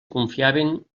confiaven